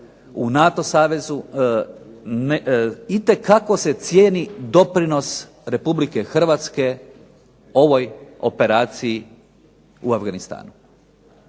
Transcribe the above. u NATO savezu itekako se cijeni doprinos RH ovoj operaciji u Afganistanu.